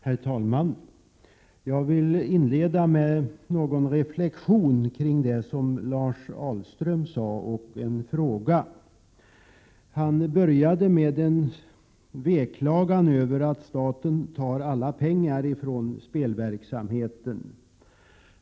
Herr talman! Jag vill inleda med någon reflexion kring vad Lars Ahlström sade, och jag vill ställa en fråga. Lars Ahlström började med en beklagan över att staten tar alla pengar från spelverksamheten.